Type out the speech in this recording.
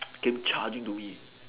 came charging to me